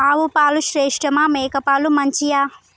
ఆవు పాలు శ్రేష్టమా మేక పాలు మంచియా?